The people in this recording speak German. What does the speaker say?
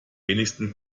wenigsten